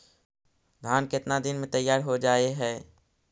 धान केतना दिन में तैयार हो जाय है?